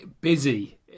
Busy